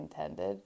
intended